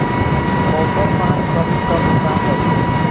Copper पान करी तब का करी?